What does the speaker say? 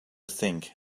think